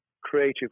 creative